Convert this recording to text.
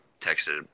texted